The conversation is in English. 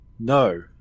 No